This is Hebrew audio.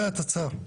זה התצ"ר.